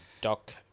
Doc